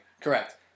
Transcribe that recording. Correct